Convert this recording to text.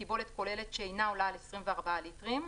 בקיבולת כוללת שאינה עולה על 24 ליטרים;